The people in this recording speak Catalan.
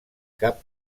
cap